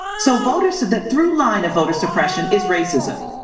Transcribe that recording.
so voters said that through line of voter suppression is racism.